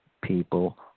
people